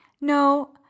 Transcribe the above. no